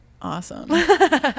Awesome